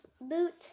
boot